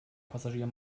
passagier